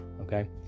Okay